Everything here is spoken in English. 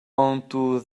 onto